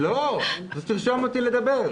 לא, שתרשום אותי לדבר.